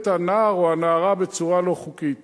את הנער או הנערה בצורה לא חוקית.